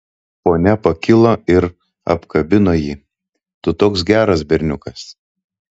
ponia pakilo ir apkabino jį tu toks geras berniukas